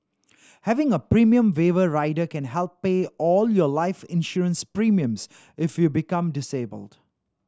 having a premium waiver rider can help pay all your life insurance premiums if you become disabled